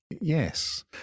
yes